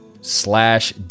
slash